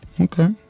Okay